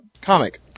comic